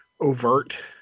overt